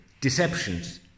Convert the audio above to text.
deceptions